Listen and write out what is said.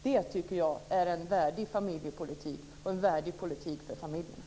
Det tycker jag är en värdig politik för familjerna.